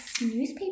newspaper